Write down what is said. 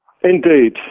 Indeed